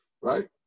Right